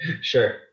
Sure